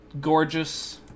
Gorgeous